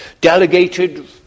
delegated